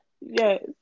Yes